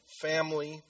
family